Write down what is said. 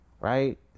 right